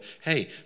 Hey